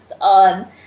on